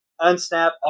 unsnap